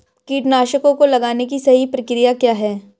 कीटनाशकों को लगाने की सही प्रक्रिया क्या है?